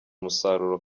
umusaruro